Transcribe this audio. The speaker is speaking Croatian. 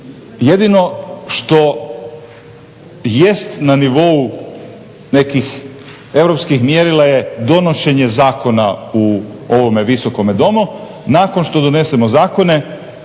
jedino što jest na nivou nekih europskih mjerila je donošenje zakona u ovome Visokome domu. Nakon što donesemo zakone